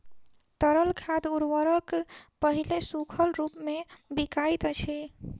तरल खाद उर्वरक पहिले सूखल रूपमे बिकाइत अछि